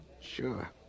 Sure